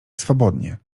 swobodnie